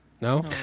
No